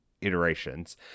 iterations